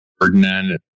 Ferdinand